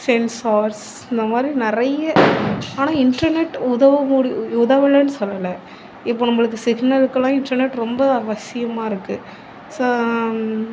sensors இந்தமாதிரி நிறைய ஆனால் இன்டர்நெட் உதவ முடி உதவலன்னு சொல்லலை இப்போ நம்பளுக்கு சிக்னலுக்குலாம் இன்டர்நெட் ரொம்ப அவசியமாக இருக்கு ஸோ